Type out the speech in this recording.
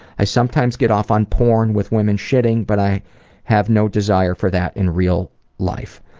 i sometimes get off on porn with women shitting but i have no desire for that in real life.